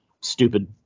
stupid